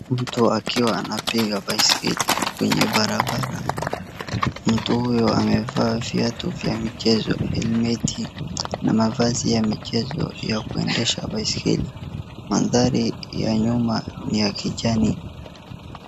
Mtu akiwa anapiga baiskeli kwenye barabara. Mtu huyo amevaa viatu vya mchezo, helmet na mavazi ya michezo ya kuendesha baiskeli. Mandhari ya nyuma ni ya kijani.